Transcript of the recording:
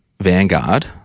Vanguard